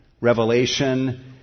revelation